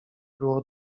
było